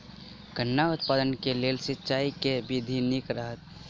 गन्ना उत्पादन केँ लेल सिंचाईक केँ विधि नीक रहत?